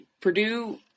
Purdue